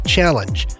Challenge